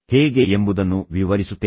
ಹೇಗೆ ಎಂಬುದನ್ನು ವಿವರಿಸುತ್ತೇನೆ